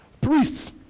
priests